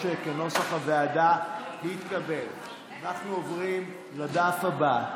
אנחנו עוברים לדף הבא.